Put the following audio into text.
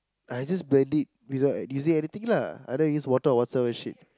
I just blend it without using anything lah I don't use water or whatsoever shit